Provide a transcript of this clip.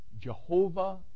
Jehovah